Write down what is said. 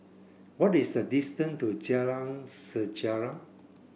what is the distance to Jalan Sejarah